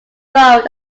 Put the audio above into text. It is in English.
road